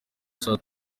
saa